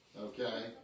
Okay